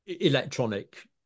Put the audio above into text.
electronic